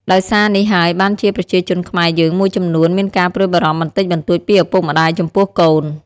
ដោយសារនេះហើយបានជាប្រជានជនខ្មែរយើងមួយចំនួនមានការព្រួយបារម្ភបន្តិចបន្តួចពីឪពុកម្តាយចំពោះកូន ។